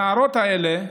הנערות האלה,